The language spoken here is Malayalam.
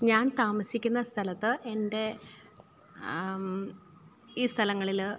ഞാന് താമസിക്കുന്ന സ്ഥലത്ത് എന്റെ ഈ സ്ഥലങ്ങളിൽ